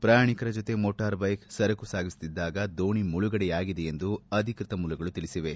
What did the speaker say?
ಪ್ರಯಾಣಿಕರ ಜೊತೆ motor bike ಸರಕು ಸಾಗಿಸುತ್ತಿದ್ದಾಗ ದೋಣಿ ಮುಳುಗಡೆಯಾಗಿದೆ ಎಂದು ಅಧಿಕೃತ ಮೂಲಗಳು ತಿಳಿಸಿವೆ